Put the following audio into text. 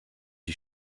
die